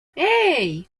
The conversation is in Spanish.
hey